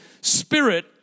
Spirit